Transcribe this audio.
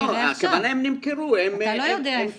לא, הכוונה היא שהם נמכרו, הם פוזרו.